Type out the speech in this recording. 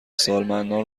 سالمندان